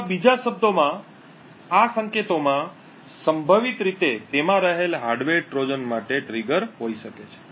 અથવા બીજા શબ્દોમાં આ સંકેતોમાં સંભવિત રીતે તેમાં રહેલા હાર્ડવેર ટ્રોજન માટે ટ્રિગર હોઈ શકે છે